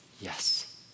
yes